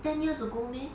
ten years ago meh